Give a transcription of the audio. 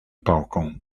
pałką